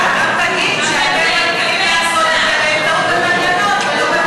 אז תגיד, באמצעות התקנות.